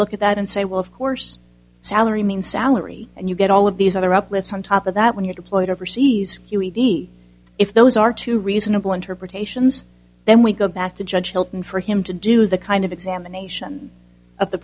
look at that and say well of course salary means salary and you get all of these other up with some top of that when you're deployed overseas q e d if those are two reasonable interpretations then we go back to judge hilton for him to do the kind of examination of the